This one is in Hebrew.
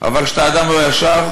אבל אתה אדם לא ישר.